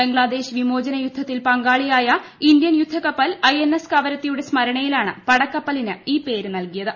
ബംഗ്ലാദേശ് വിമോചന യുദ്ധത്തിൽ പങ്കാളിയായ ഇന്ത്യൻ യുദ്ധകപ്പൽ ഐഎൻഎസ്റ് ക്വരത്തിയുടെ സ്മരണയിലാണ് പടക്കപ്പലിന് ഈ പേര് നൽകിയ്ത്